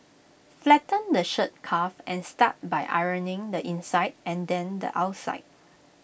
flatten the shirt cuff and start by ironing the inside and then the outside